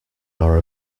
our